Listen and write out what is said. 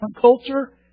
culture